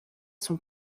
son